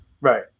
Right